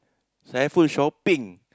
Saiful shopping